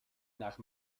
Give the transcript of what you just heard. nach